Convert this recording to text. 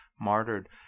martyred